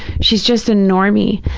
she's just a normie,